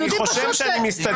תראה לי אחד שחוקקת שנכנס לכנסת